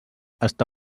està